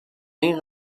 één